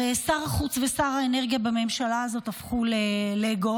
הרי שר החוץ ושר האנרגיה בממשלה הזאת הפכו ללגו.